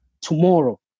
tomorrow